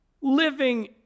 living